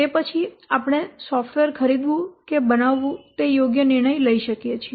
તે પછી આપણે સોફ્ટવેર ખરીદવું કે બનાવવું તે યોગ્ય નિર્ણય લઈ શકીએ છીએ